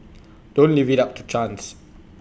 don't leave IT up to chance